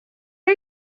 are